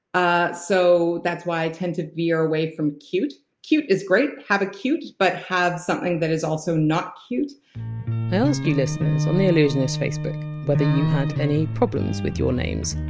ah so that's why i tend to veer away from cute. cute is great. have a cute but have something that is also not cute i asked you on um the allusionist facebook whether you had any problems with your names.